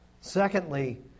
Secondly